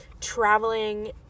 traveling